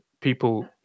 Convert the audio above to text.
people